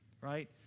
right